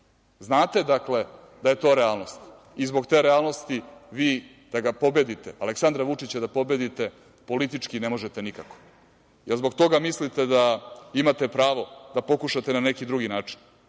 dakle, da je to realnost i zbog te realnosti vi da ga pobedite, Aleksandra Vučića da pobedite politički ne možete nikako. Jel zbog toga mislite da imate pravo da pokušate na neki drugi način